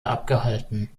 abgehalten